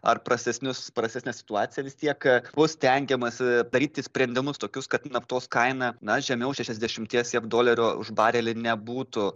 ar prastesnius prastesnę situaciją vis tiek bus stengiamasi daryti sprendimus tokius kad naftos kaina na žemiau šešiasdešimies jav dolerio už barelį nebūtų